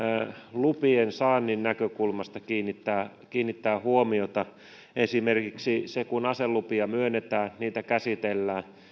lupien saannin näkökulmasta kiinnittää kiinnittää huomiota esimerkiksi siihen kun aselupia myönnetään ja niitä käsitellään